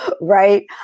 Right